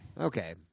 Okay